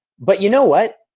but, you know what,